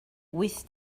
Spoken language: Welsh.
wyth